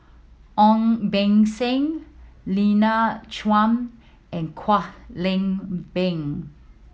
Ong Beng Seng Lina Chiam and Kwek Leng Beng